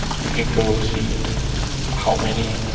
we can go see how many